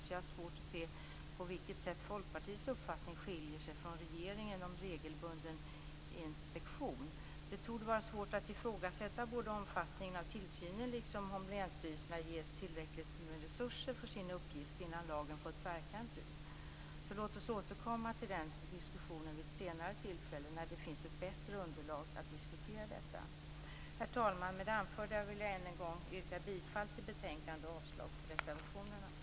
Därför har jag svårt att se på vilket sätt Folkpartiets uppfattning skiljer sig från regeringens om regelbunden inspektion. Det torde vara svårt att ifrågasätta både omfattningen av tillsynen och om länsstyrelserna ges tillräckligt med resurser för sin uppgift innan lagen fått verka en tid. Låt oss återkomma till den diskussionen vid ett senare tillfälle när det finns ett bättre underlag för att diskutera detta. Herr talman! Med det anförda vill jag än en gång yrka bifall till hemställan i betänkandet och avslag på reservationerna.